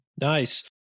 Nice